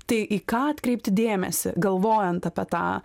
tai į ką atkreipti dėmesį galvojant apie tą